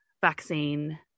vaccine